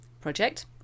Project